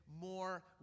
more